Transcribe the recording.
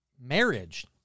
marriage